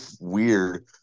weird